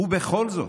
ובכל זאת,